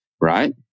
right